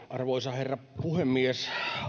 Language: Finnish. arvoisa herra puhemies